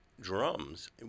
drums